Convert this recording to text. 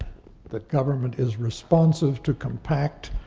that government is responsive to compact,